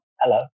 hello